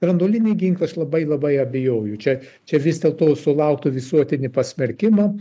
branduolinį ginklą aš labai labai abejoju čia čia vis dėlto sulauktų visuotinį pasmerkimą